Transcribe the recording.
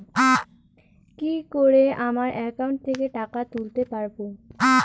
কি করে আমার একাউন্ট থেকে টাকা তুলতে পারব?